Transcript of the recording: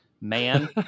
man